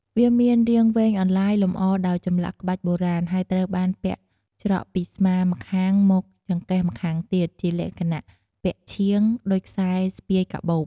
វាមានរាងវែងអន្លាយ លម្អដោយចម្លាក់ក្បាច់បុរាណ ហើយត្រូវបានពាក់ច្រកពីស្មាម្ខាងមកចង្កេះម្ខាងទៀត ជាលក្ខណៈ ពាក់ឈៀង ដូចខ្សែស្ពាយកាបូប។